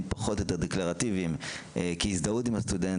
יותר דקלרטיביים כדי להזדהות עם הסטודנט,